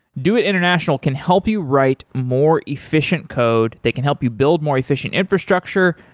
doit international can help you write more efficient code. they can help you build more efficient infrastructure.